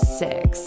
six